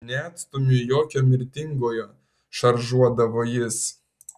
neatstumiu jokio mirtingojo šaržuodavo jis